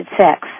Sex